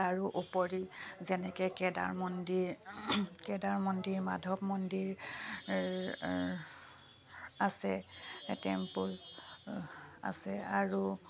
তাৰো ওপৰি যেনেকে কেদাৰ মন্দিৰ কেদাৰ মন্দিৰ মাধৱ মন্দিৰ আছে টেম্পুল আছে আৰু